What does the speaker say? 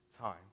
time